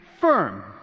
firm